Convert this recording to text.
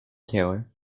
taylor